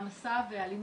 מעמסה ואלימות.